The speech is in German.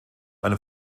eine